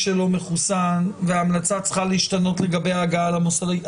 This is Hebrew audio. שלא מחוסן וההמלצה צריכה להשתנות לגבי ההגעה למוסדית.